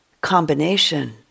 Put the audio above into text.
combination